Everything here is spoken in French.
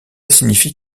signifie